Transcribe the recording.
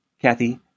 Kathy